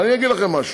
ואגיד לכם משהו: